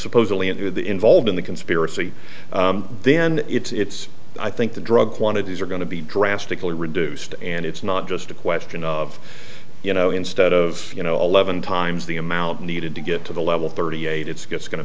supposedly into the involved in the conspiracy then it's i think the drug quantities are going to be drastically reduced and it's not just a question of you know instead of you know eleven times the amount needed to get to the level thirty eight it's going to